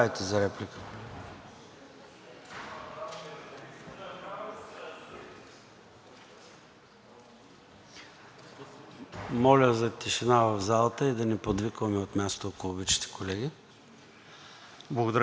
Моля за тишина в залата и да не подвикваме от място, ако обичате, колеги. ГЕОРГИ ГЕОРГИЕВ (ВЪЗРАЖДАНЕ): Благодаря, господин Председател. Дами и господа народни представители! Господин Димитров, обяснете, моля, защото имаше подвиквания от залата, обяснете, моля,